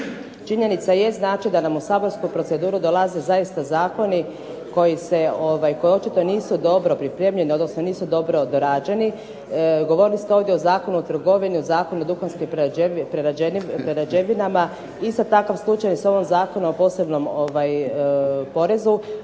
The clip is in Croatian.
Činjenica je znači da nam u saborsku proceduru dolaze zaista zakoni koji očito nisu dobro pripremljeni, odnosno nisu dobro dorađeni. Govorili ste ovdje o Zakonu o trgovini, o Zakonu o duhanskim prerađevinama, isto takav slučaj je s ovim Zakonom o posebnom porezu